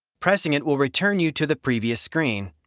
pressing it will return you to the previous screen.